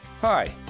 Hi